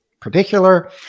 particular